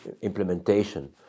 implementation